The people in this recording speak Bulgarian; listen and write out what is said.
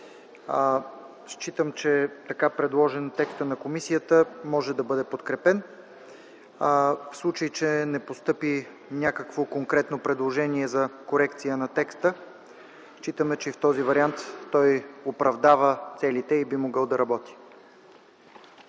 Считам, че така предложен, текстът на комисията може да бъде подкрепен. В случай, че не постъпи някакво конкретно предложение за корекция на текста, считаме, че и в този вариант той оправдава целите и би могъл да работи.